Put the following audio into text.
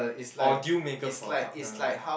or deal maker for a partner ah